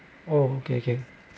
oh okay okay